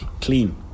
clean